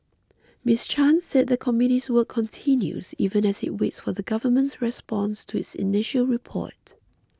Miss Chan said the committee's work continues even as it waits for the Government's response to its initial report